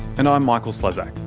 and i'm michael slezak,